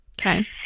Okay